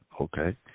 Okay